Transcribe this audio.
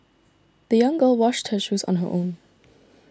the young girl washed her shoes on her own